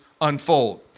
unfold